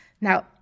Now